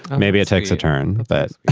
maybe it takes a turn, but